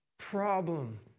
Problem